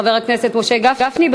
חבר הכנסת משה גפני.